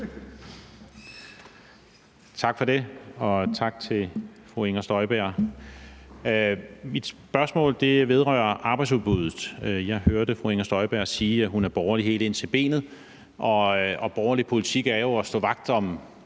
Tak for det, og tak til fru Inger Støjberg. Mit spørgsmål vedrører arbejdsudbuddet. Jeg hørte fru Inger Støjberg sige, at hun er borgerlig helt ind til benet, og borgerlig politik er jo at stå vagt om